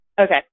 Okay